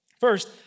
first